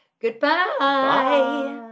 Goodbye